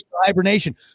Hibernation